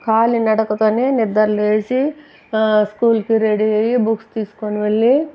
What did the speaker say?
కాలినడకతోనే నిద్రలేచి స్కూల్కి రెడీ అయ్యి బుక్స్ తీసుకొని వెళ్ళి